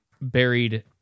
buried